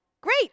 Great